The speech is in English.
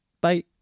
Bye